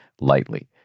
lightly